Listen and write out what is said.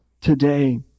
today